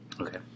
okay